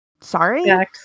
Sorry